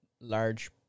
large